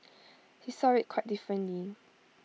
he saw IT quite differently